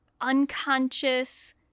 unconscious